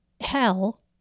hell